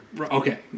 Okay